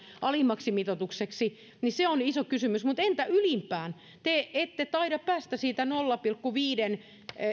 alimmaksi mitoitukseksi se on iso kysymys mutta entä ylimmäksi te ette taida päästä siitä nolla pilkku viiden